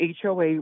HOA